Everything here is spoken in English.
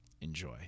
Enjoy